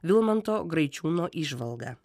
vilmanto graičiūno įžvalgą